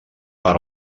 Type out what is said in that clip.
per